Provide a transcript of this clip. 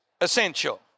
essential